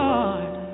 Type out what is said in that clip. Lord